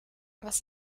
was